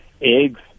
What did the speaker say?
eggs